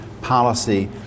policy